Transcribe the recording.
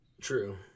True